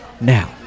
Now